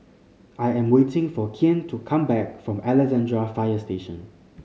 I am waiting for Kian to come back from Alexandra Fire Station